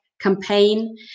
campaign